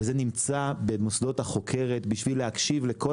וזה נמצא במוסדות החוקרת בשביל להקשיב לכל